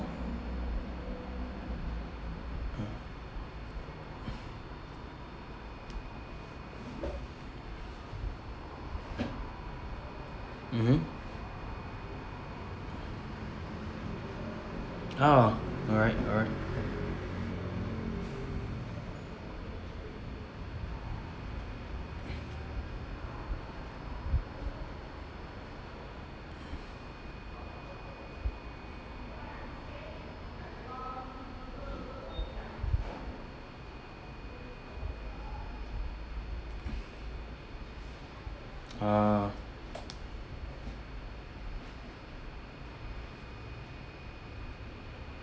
mmhmm oh alright alright oh